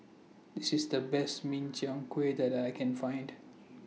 This IS The Best Min Chiang Kueh that I Can Find